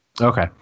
Okay